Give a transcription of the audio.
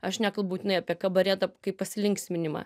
aš nekalbu būtinai apie kabaretą kaip pasilinksminimą